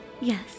Yes